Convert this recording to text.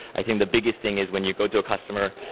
i think the biggest thing is when you go to a customer,